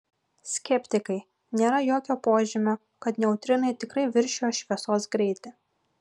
skeptikai nėra jokio požymio kad neutrinai tikrai viršijo šviesos greitį